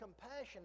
compassion